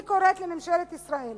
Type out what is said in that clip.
אני קוראת לממשלת ישראל